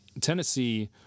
Tennessee